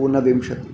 ऊनविंशतिः